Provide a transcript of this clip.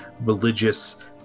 religious